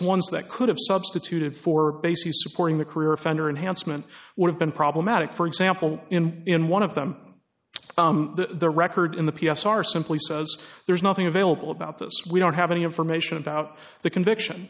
ones that could have substituted for basically supporting the career offender unhandsome and what have been problematic for example and one of them the record in the p s r simply says there's nothing available about this we don't have any information about the conviction